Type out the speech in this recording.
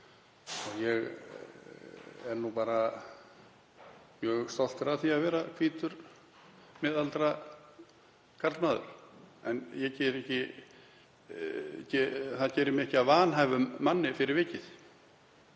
Ég er nú bara mjög stoltur af því að vera hvítur, miðaldra karlmaður en það gerir mig ekki að vanhæfum manni fyrir vikið.